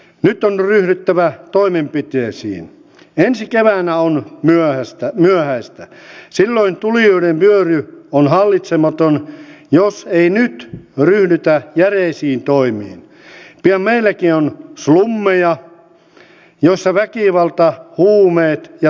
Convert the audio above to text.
nato on ryhdyttävä toimenpiteisiin ensi kansalaiset sekä niin julkiset kuin yksityisetkin toimijat voisivat luottaa tiedonkulkuun ja sen virheettömyyteen on tietojärjestelmien kehittäminen välttämätöntä